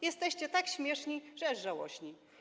Jesteście tak śmieszni, że aż żałośni.